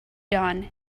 dawn